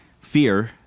fear